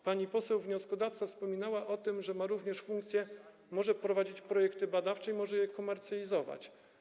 Pani poseł wnioskodawca wspominała o tym, że ma ono również taką funkcję, że może prowadzić projekty badawcze i może je komercjalizować.